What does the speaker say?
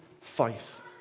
faith